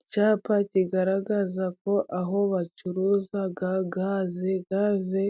Icyapa kigaragaza ko aho bacuruzaga gaze. Gaze